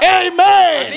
amen